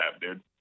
dude